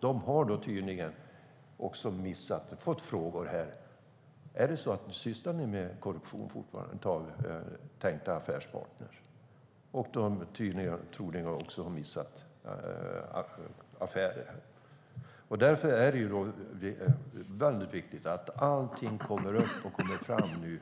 Det har fått frågor här: Sysslar ni med fortfarande med korruption när det gäller tänkta affärspartner? Det har troligen också missat affärer. Det är väldigt viktigt att allting kommer fram i